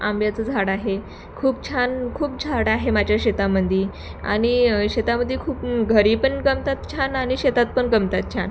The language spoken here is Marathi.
आंब्याचं झाड आहे खूप छान खूप झाड आहे माझ्या शेतामध्ये आणि शेतामध्ये खूप घरी पण गमतात छान आणि शेतात पण गमतात छान